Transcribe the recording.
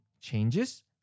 changes